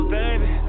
baby